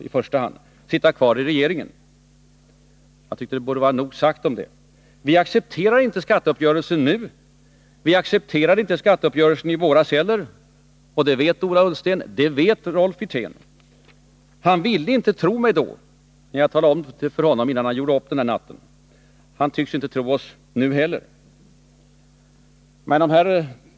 Därför kunde vi inte sitta kvar i regeringen. Jag tycker det borde vara nog sagt om det. Vi accepterar inte den nu definitiva skatteuppgörelsen lika litet som vi accepterade den preliminära i våras. Det vet Ola Ullsten, och det vet Rolf Wirtén. Han ville inte tro mig när jag talade om detta för honom innan han gjorde upp den där natten. Han tycks inte tro mig nu heller.